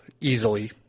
easily